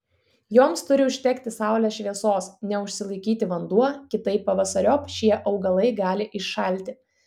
joms turi užtekti saulės šviesos neužsilaikyti vanduo kitaip pavasariop šie augalai gali iššalti